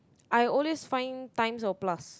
I always find times or plus